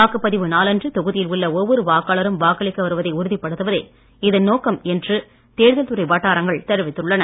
வாக்குப்பதிவு நாளன்று தொகுதியில் உள்ள ஒவ்வொரு வாக்காளரும் வாக்களிக்க வருவதை உறுதிப்படுத்துவதே இதன் நோக்கம் என்று தேர்தல் துறை வட்டாரங்கள் தெரிவித்துள்ளன